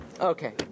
Okay